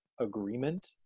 agreement